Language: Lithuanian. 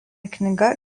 knyga